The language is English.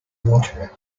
water